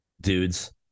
dudes